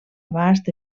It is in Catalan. abast